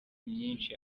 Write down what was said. myinshi